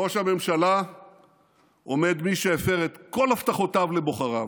בראש הממשלה עומד מי שהפר את כל הבטחותיו לבוחריו,